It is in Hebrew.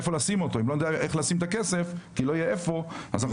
לא כקבצנים אנחנו